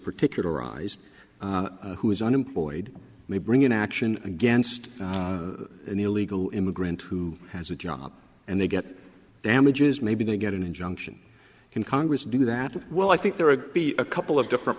particularized who is unemployed may bring an action against an illegal immigrant who has a job and they get damages maybe they get an injunction can congress do that well i think there are a couple of different